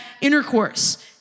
intercourse